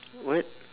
what